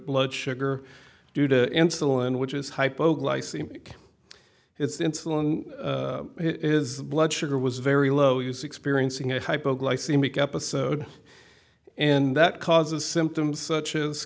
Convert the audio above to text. blood sugar due to insulin which is hypoglycemic it's insulin it is the blood sugar was very low use experiencing a hypoglycemic episode and that causes symptoms such as